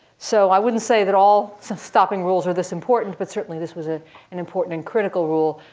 so i wouldn't say that all stopping rules are this important, but certainly this was ah an important and critical rule.